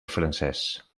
francès